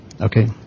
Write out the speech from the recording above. Okay